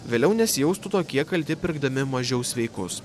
vėliau nesijaustų tokie kalti pirkdami mažiau sveikus